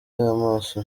amaso